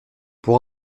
pour